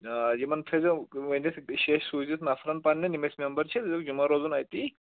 آ یِمَن تھٲے زیو ؤنِتھ شیٚش سوٗزِتھ نفرَن پننٮ۪ن یِم اَسہِ مٮ۪مبر چھِ یِمَن روزُن اَتی